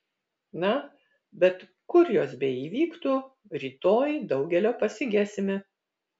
na bet kur jos beįvyktų rytoj daugelio pasigesime